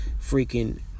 freaking